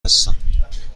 هستم